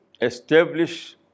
establish